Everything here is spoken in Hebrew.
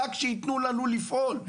רק שייתנו לנו לפעול.